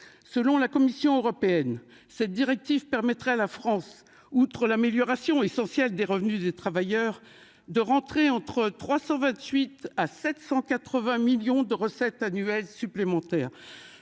Selon la Commission européenne cette directive permettrait à la France. Outre l'amélioration essentiel des revenus du travailleur de rentrer entre 328 à 780 millions de recettes annuelles supplémentaires.